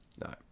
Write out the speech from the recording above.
No